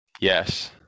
yes